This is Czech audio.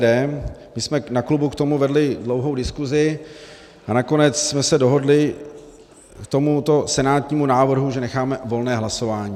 My jsme na klubu k tomu vedli dlouhou diskuzi a nakonec jsme se dohodli k tomuto senátnímu návrhu, že necháme volné hlasování.